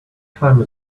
time